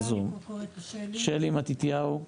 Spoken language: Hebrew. שלי מתתיהו?